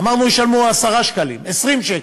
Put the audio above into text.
אמרנו: ישלמו 10 שקלים, 20 שקל.